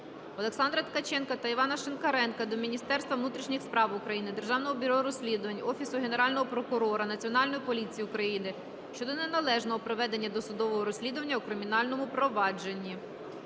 Олександра Ткаченка та Івана Шинкаренка до Міністерства внутрішніх справ України, Державного бюро розслідувань, Офісу Генерального прокурора, Національної поліції України щодо неналежного проведення досудового розслідування у кримінальному провадженні.